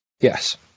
Yes